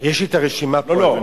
יש לי הרשימה פה.